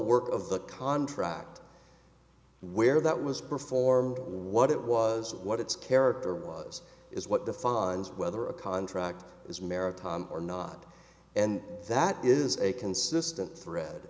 work of the contract where that was performed what it was what its character was is what defines whether a contract is maritime or not and that is a consistent thread